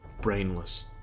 brainless